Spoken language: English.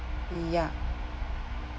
ya